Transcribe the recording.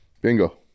Bingo